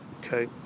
Okay